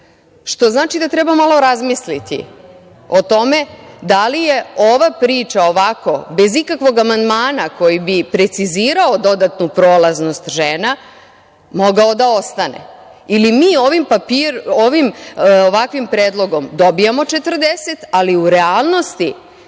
Što znači da treba malo razmisliti o tome da li je ova priča ovako, bez ikakvog amandmana koji bi precizirao dodatnu prolaznost žena, mogao da ostane? Ili mi ovim i ovakvim predlogom dobijamo 40, ali u realnosti